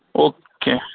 okay